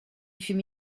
fiumi